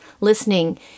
listening